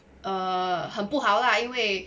err 很不好啦因为